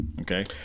okay